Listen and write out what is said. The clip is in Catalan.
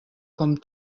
com